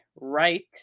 right